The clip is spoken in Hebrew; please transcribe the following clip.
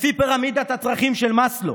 לפי פירמידת הצרכים של מאסלו,